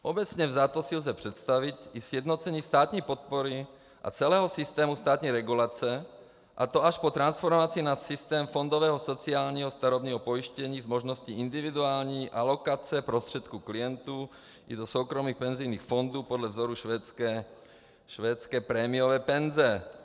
Obecně vzato si lze představit i sjednocení státní podpory a celého systému státní regulace, a to až po transformaci na systém fondového sociálního starobního pojištění s možností individuální alokace prostředků klientů i do soukromých penzijních fondů podle vzoru švédské prémiové penze.